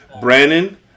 Brandon